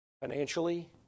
Financially